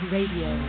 Radio